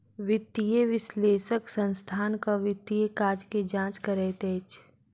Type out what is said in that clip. वित्तीय विश्लेषक संस्थानक वित्तीय काज के जांच करैत अछि